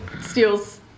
steals